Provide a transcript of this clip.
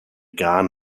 gân